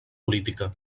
política